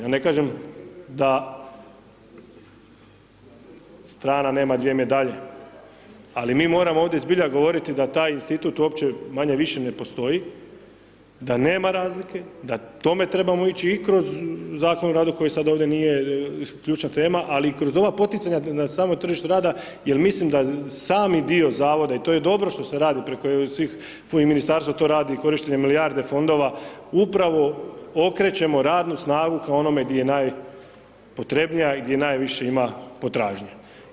Ja ne kažem da strana nema dvije medalje, ali mi moramo ovdje zbilja govoriti da taj institut uopće manje-više ne postoji, da nema razlike, da tome trebamo ići i kroz Zakon o radu koji sada ovdje nije ključna tema, ali kroz ova poticanja na samom tržištu rada, jer mislim da sami dio Zavoda i to je dobro što se radi preko svih, i ministarstvo to radi, i korištenje milijarde fondova, upravo okrećemo radnu snagu ka onome di je najpotrebnija, i gdje najviše ima potražnje.